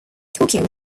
tokyo